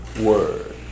word